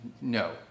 No